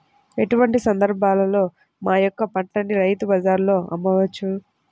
ఎటువంటి సందర్బాలలో మా యొక్క పంటని రైతు బజార్లలో అమ్మవచ్చు?